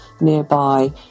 nearby